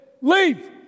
leave